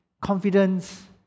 confidence